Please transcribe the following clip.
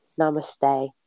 namaste